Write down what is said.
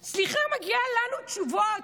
סליחה, מגיעות לנו תשובות.